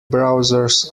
browsers